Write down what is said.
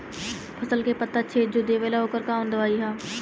फसल के पत्ता छेद जो देवेला ओकर कवन दवाई ह?